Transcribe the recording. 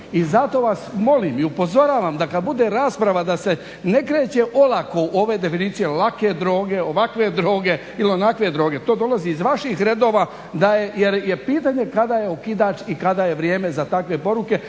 I zato vas molim i upozoravam da kad bude rasprava da se ne kreće olako u ove definicije lake droge, ovakve droge ili onakve droge to dolazi iz vaših redova, jer je pitanje kada je okidač i kada je vrijeme za takve poruke,